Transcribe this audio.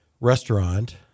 restaurant